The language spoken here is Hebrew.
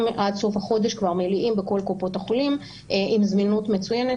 עד סוף החודש כבר מלאים בכל קופות החולים עם זמינות מצוינת,